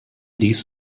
dies